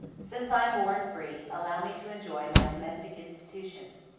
since i am born free, allow me to enjoy my domestic institutions.